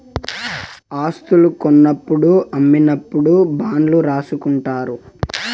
స్తలాలు కొన్నప్పుడు అమ్మినప్పుడు బాండ్లు రాసుకుంటారు